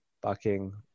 bucking